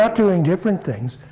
ah doing different things.